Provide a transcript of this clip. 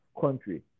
country